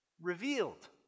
revealed